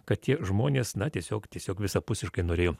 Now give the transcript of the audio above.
kad tie žmonės na tiesiog tiesiog visapusiškai norėjo